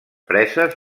preses